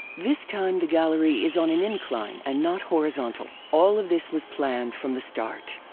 this time the gallery is on an incline and not horizontal. all of this was planned from the start.